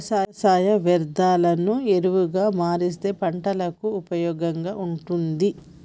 వ్యవసాయ వ్యర్ధాలను ఎరువుగా మారుస్తే పంటలకు ఉపయోగంగా ఉంటుంది